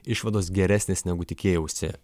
išvados geresnės negu tikėjausi